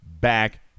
back